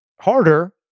harder